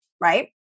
right